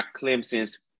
clemson's